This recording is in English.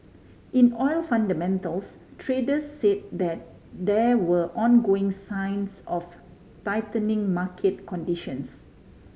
in oil fundamentals traders said that there were ongoing signs of tightening market conditions